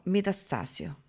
Metastasio